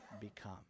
become